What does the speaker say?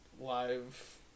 live